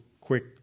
quick